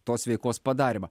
tos veikos padarymą